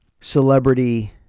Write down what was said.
celebrity